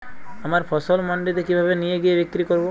আমার ফসল মান্ডিতে কিভাবে নিয়ে গিয়ে বিক্রি করব?